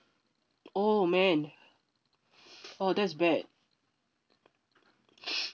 oh man oh that's bad